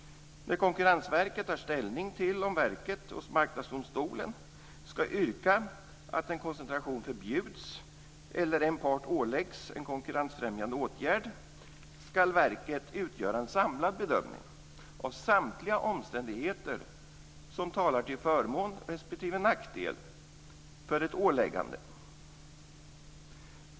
När Konkurrensverket tar ställning till om verket hos Marknadsdomstolen ska yrka att en koncentration förbjuds eller en part åläggs en konkurrensfrämjande åtgärd ska verket utföra en samlad bedömning av samtliga omständigheter som talar till förmån respektive nackdel för ett åläggande.